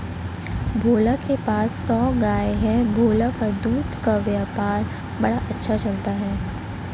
भोला के पास सौ गाय है भोला का दूध का व्यापार बड़ा अच्छा चलता है